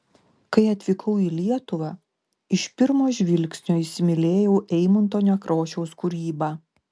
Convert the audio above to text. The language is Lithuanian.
kai atvykau į lietuvą iš pirmo žvilgsnio įsimylėjau eimunto nekrošiaus kūrybą